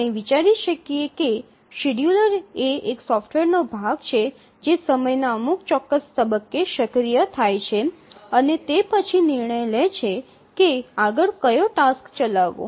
આપણે વિચારી શકીએ કે શેડ્યૂલર એ એક સોફ્ટવેર નો ભાગ છે જે સમયના અમુક ચોક્કસ તબક્કે સક્રિય થઈ જાય છે અને તે પછી નિર્ણય લે છે કે આગળ કયો ટાસ્ક ચલાવવો